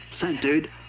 centered